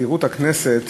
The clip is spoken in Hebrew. מזכירות הכנסת